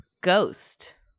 ghost